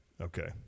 Okay